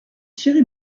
thierry